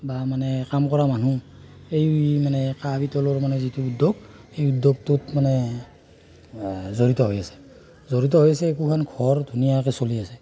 বা মানে কাম কৰা মানুহ এই মানে কাঁহ পিতলৰ মানে যিটো উদ্যোগ এই উদ্যোগটোত মানে জড়িত হৈ আছে জড়িত হৈ আছে একোখন ঘৰ ধুনীয়াকৈ চলি আছে